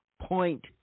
point